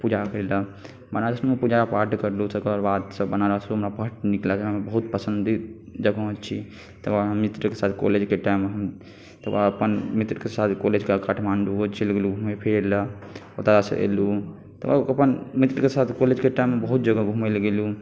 पूजा करय लए बनारस मे पूजा पाठ करलहुॅं तकरबाद सऽ बनारस हमरा बड नीक लागल हमर बहुत पसंदीदा जगह छी तकरबाद मित्र के साथ कॉलेजके टाइममे हम तकरबाद अपन मित्र के साथ कॉलेजके टाइम हम काठमाण्डुओ चलि गेलहुॅं घुमय फिरय लए ओतऽ सॅं एलहुॅं तकरबाद अपन मित्र के साथ कॉलेजके टाइममे बहुत जगह घुमय लए गेलहुॅं